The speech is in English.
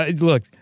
look